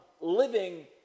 living